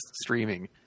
streaming